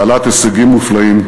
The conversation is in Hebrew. בעלת הישגים מופלאים.